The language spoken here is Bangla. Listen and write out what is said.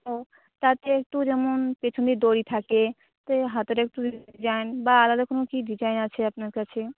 ও তাতে একটু যেমন পেছনে দড়ি থাকে তো হাতাটা একটু বা আলাদা কোনো কি ডিজাইন আছে আপনার কাছে